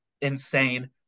insane